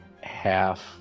half